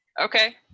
Okay